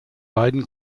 beiden